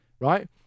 right